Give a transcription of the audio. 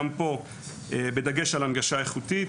גם פה בדגש על הנגשה איכותית.